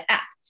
App